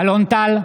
אלון טל,